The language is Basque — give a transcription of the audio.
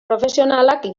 profesionalak